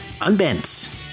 unbent